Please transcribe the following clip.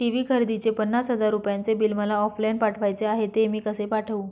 TV खरेदीचे पन्नास हजार रुपयांचे बिल मला ऑफलाईन पाठवायचे आहे, ते मी कसे पाठवू?